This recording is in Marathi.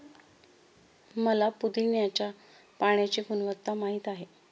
मला पुदीन्याच्या पाण्याची गुणवत्ता माहित आहे